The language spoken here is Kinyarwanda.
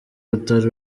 utari